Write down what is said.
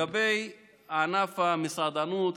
לגבי ענף המסעדנות,